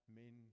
men